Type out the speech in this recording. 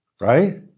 right